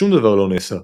שום דבר לא נעשה,